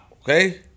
okay